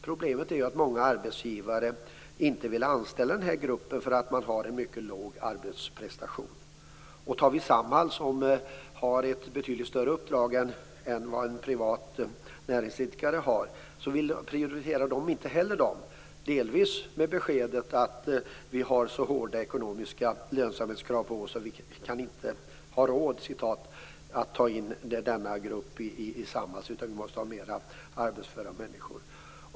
Problemet är att många arbetsgivare inte vill anställa den här gruppen därför att dessa människor har en mycket låg arbetsprestation. Samhall, som har ett betydligt större uppdrag än vad en privat näringsidkare har, prioriterar inte heller den här gruppen, delvis med beskedet att man har så hårda ekonomiska lönsamhetskrav på sig att man inte "har råd" att ta in denna grupp i Samhall, utan man måste ha mer arbetsföra människor.